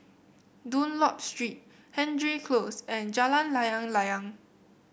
Dunlop Street Hendry Close and Jalan Layang Layang